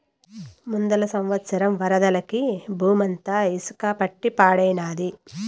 ముందల సంవత్సరం వరదలకి బూమంతా ఇసక పట్టి పాడైనాది